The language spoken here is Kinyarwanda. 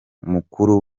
mukuru